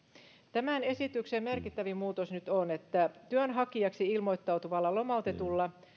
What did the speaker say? tämän esityksen merkittävin muutos nyt on että työnhakijaksi ilmoittautuvalla lomautetulla